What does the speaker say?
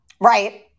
Right